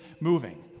moving